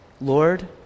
Lord